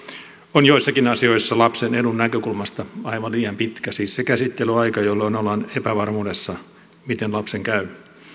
on joissakin asioissa lapsen edun näkökulmasta aivan liian pitkä siis se käsittelyaika jolloin ollaan epävarmuudessa miten lapsen käy